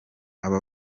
aba